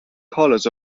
colours